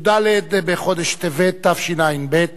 י"ד בחודש טבת תשע"ב,